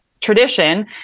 tradition